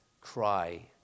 cry